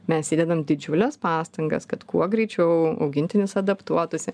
mes įdedam didžiules pastangas kad kuo greičiau augintinis adaptuotųsi